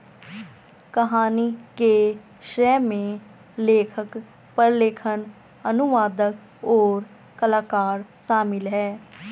कहानी के श्रेय में लेखक, प्रलेखन, अनुवादक, और कलाकार शामिल हैं